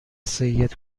سید